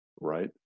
right